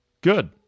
Good